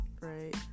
Right